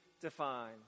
define